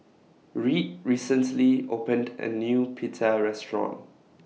Reed recently opened A New Pita Restaurant